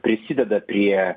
prisideda prie